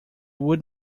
would